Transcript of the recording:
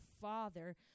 father